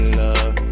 love